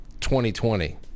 2020